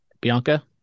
Bianca